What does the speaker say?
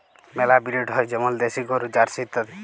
মেলা ব্রিড হ্যয় যেমল দেশি গরু, জার্সি ইত্যাদি